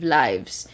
lives